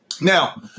Now